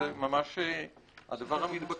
פשוט זה ממש הדבר המתבקש.